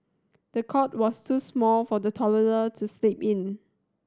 the cot was too small for the toddler to sleep in